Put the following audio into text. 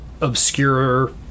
obscure